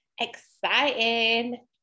Exciting